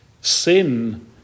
sin